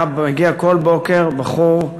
היה מגיע כל בוקר בחור,